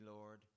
Lord